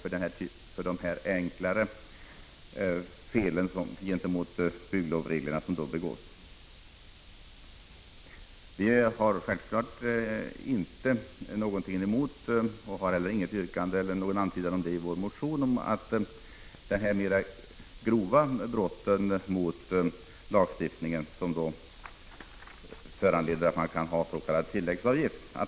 Självfallet har vi inte någonting emot — och vi har heller inte något sådant yrkande eller någon antydan i den riktningen i vår motion — att de grövre brotten mot lagstiftningen föranleder s.k. tilläggsavgift.